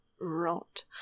rot